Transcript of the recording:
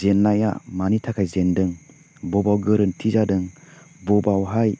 जेननाया मानि थाखाय जेन्दों बबाव गोरोन्थि जादों बबावहाय